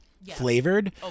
Flavored